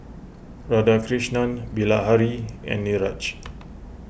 Radhakrishnan Bilahari and Niraj